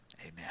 Amen